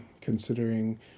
considering